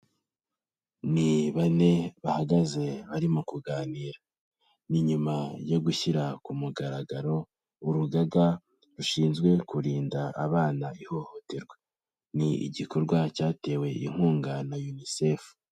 Ni bane bahagaze barimo kuganira, ni nyuma yo gushyira ku mugaragaro urugaga rushinzwe kurinda abana ihohoterwa, ni igikorwa cyatewe inkunga na UNICEF.